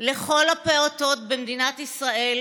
לכל הפעוטות במדינת ישראל